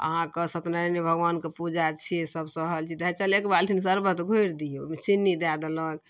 अहाँके सत्यनारायणे भगवानके पूजा छिए सभ सहल छी तऽ चल एक बाल्टी शरबत घोरि दिऔ ओहिमे चिन्नी दऽ देलक